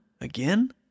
again